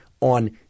on